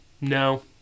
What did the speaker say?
no